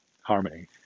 Harmony